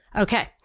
Okay